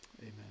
Amen